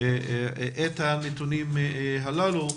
את הנתונים הללו.